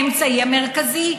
האמצעי המרכזי,